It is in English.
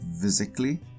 physically